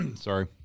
sorry